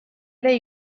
ere